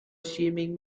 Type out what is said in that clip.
assuming